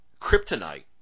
kryptonite